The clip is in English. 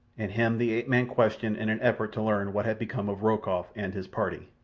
and him the ape-man questioned in an effort to learn what had become of rokoff and his party.